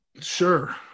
Sure